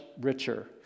richer